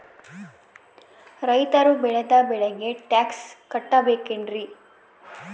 ರೈತರು ಬೆಳೆದ ಬೆಳೆಗೆ ಟ್ಯಾಕ್ಸ್ ಕಟ್ಟಬೇಕೆನ್ರಿ?